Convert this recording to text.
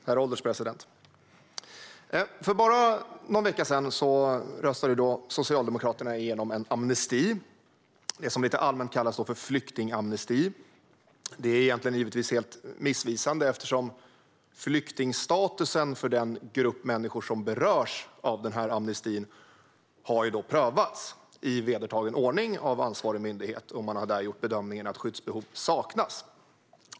Herr ålderspresident! För bara någon vecka sedan röstade Socialdemokraterna igenom en amnesti, det som lite allmänt kallas för flyktingamnesti. Det är givetvis helt missvisande, eftersom flyktingstatusen för den grupp människor som berörs av amnestin har prövats i vedertagen ordning av ansvarig myndighet. Man har där gjort bedömningen att skyddsbehov saknas.